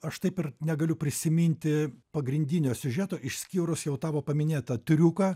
aš taip ir negaliu prisiminti pagrindinio siužeto išskyrus jau tavo paminėtą triuką